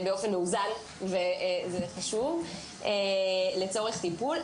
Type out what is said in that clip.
ובאופן מאוזן זה חשוב לצורך טיפול.